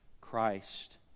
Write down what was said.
Christ